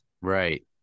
right